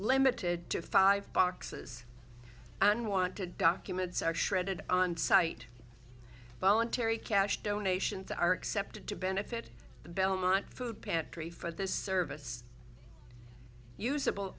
limited to five boxes and want to documents are shredded onsite voluntary cash donations are accepted to benefit the belmont food pantry for this service usable